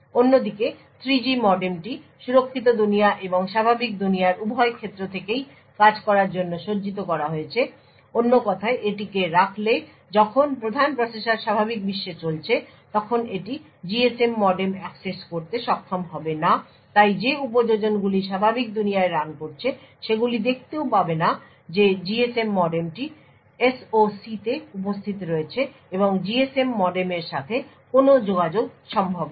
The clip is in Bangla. অন্যদিকে 3G মডেমটি সুরক্ষিত দুনিয়া এবং স্বাভাবিক দুনিয়ার উভয় ক্ষেত্র থেকেই কাজ করার জন্য সজ্জিত করা হয়েছে অন্য কথায় এটিকে রাখলে যখন প্রধান প্রসেসর স্বাভাবিক বিশ্বে চলছে তখন এটি GSM মডেম অ্যাক্সেস করতে সক্ষম হবে না তাই যে উপযোজনগুলি স্বাভাবিক দুনিয়ায় রান করছে সেগুলি দেখতেও পাবে না যে GSM মডেমটি SOC তে উপস্থিত রয়েছে এবং GSM মডেমের সাথে কোনও যোগাযোগ সম্ভব নয়